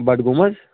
بڈٕگوم حظ